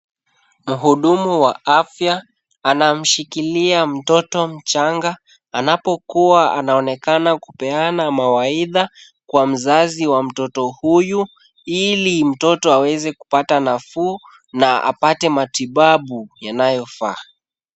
Muhudumu wa afya anamshikilia mtoto mchanga, anapokuwa anaonekana kupeana mawaidha kwa mzazi wa mtoto huyu, ili mtoto aweze kupata nafuu na apate matibabu yanayofaa.